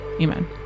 Amen